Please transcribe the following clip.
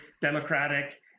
democratic